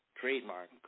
trademark